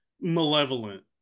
malevolent